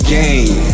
game